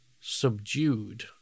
subdued